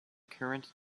current